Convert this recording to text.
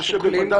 שוקלים?